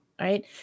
right